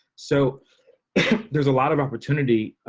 so there's a lot of opportunity.